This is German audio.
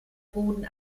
boden